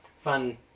fun